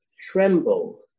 tremble